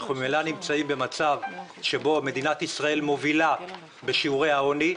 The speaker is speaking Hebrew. אנחנו ממילא נמצאים במצב שבו מדינת ישראל מובילה בשיעורי העוני,